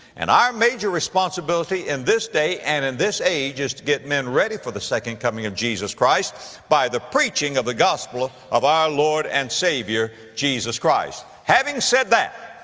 and our major responsibility in this day and in this age is to get men ready for the second coming of jesus christ by the preaching of the gospel of our lord and savior jesus christ. having said that,